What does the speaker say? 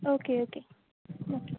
okay okay